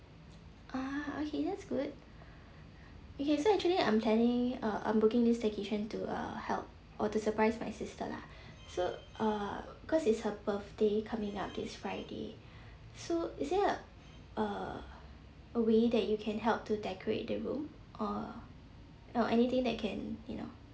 ah okay that's good okay so actually I'm planning uh I'm booking this staycation to uh help or to surprise my sister lah so uh because it's her birthday coming up this friday so is there a a a way that you can help to decorate the room or or anything that can you know